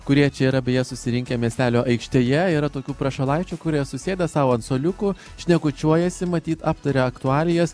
kurie čia yra beje susirinkę miestelio aikštėje yra tokių prašalaičių kurie susėda sau ant suoliukų šnekučiuojasi matyt aptaria aktualijas